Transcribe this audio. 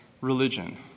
religion